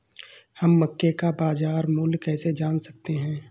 हम मक्के का बाजार मूल्य कैसे जान सकते हैं?